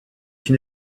une